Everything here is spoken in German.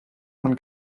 man